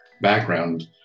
background